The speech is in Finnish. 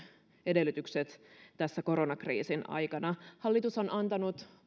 edellytykset koronakriisin aikana hallitus on antanut